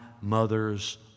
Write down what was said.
mother's